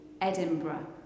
Edinburgh